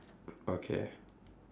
okay